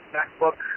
MacBook